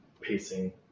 pacing